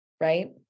Right